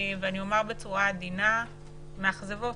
בצורה עדינה מאכזבות.